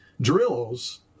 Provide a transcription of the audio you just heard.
drills